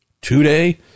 today